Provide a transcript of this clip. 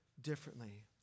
differently